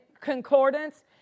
concordance